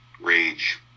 rage